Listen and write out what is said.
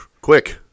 quick